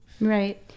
right